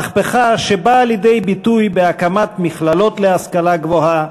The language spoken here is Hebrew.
מהפכה שבאה לידי ביטוי בהקמת מכללות להשכלה גבוהה,